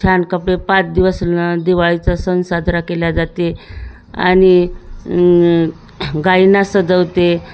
छान कपडे पाच दिवस न दिवाळीचा सण साजरा केला जाते आणि गायींना सजवते